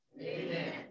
Amen